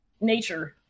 nature